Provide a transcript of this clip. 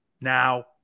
now